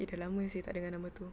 eh dah lama seh tak dengar nama tu